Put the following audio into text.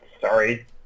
sorry